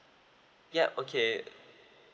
yup okay